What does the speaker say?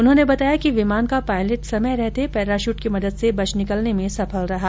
उन्होंने बताया कि विमान का पायलट समय रहते पैराशूट की मदद से बच निकलने में सफल रहा